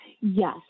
Yes